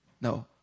No